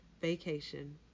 vacation